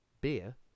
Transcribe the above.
Beer